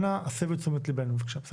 אנא הסב את תשומת ליבנו בבקשה.